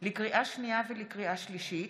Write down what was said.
לקריאה שנייה וקריאה שלישית: